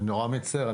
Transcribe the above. אני נורא מצר,